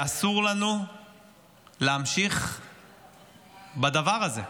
אסור לנו להמשיך בדבר הזה.